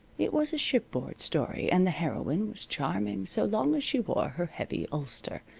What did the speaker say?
it was a shipboard story, and the heroine was charming so long as she wore her heavy ulster.